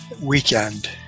weekend